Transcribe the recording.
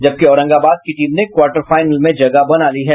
जबकि औरंगाबाद की टीम ने क्वार्टर फाइनल में जगह बना ली है